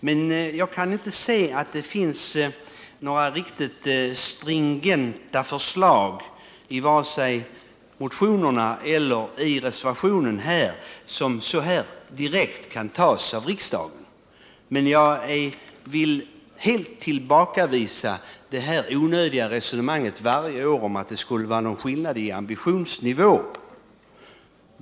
Men jag kan inte se att det finns några riktigt stringenta förslag i vare sig motionerna eller reservationerna som direkt kan antas av riksdagen. Jag vill helt tillbakavisa det onödiga resonemanget varje år om att det skulle vara skillnad i ambitionsnivå.